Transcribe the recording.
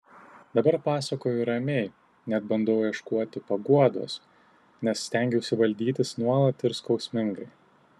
dabar pasakoju ramiai net bandau ieškoti paguodos nes stengiausi valdytis nuolat ir skausmingai